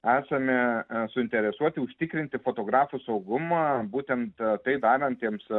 esame suinteresuoti užtikrinti fotografų saugumą būtent tai darantiems